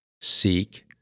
Seek